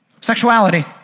sexuality